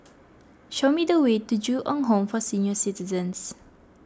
show me the way to Ju Eng Home for Senior Citizens